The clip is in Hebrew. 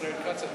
ישראל כץ התורן.